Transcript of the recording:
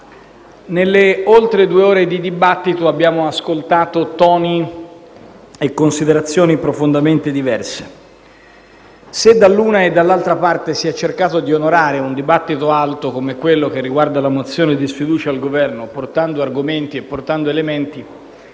nelle oltre due ore di dibattito abbiamo ascoltato toni e considerazioni profondamente diverse. Se dall'una e dall'altra parte si è cercato di onorare un dibattito alto, come quello che riguarda la mozione di sfiducia al Governo portando argomenti ed elementi,